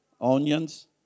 onions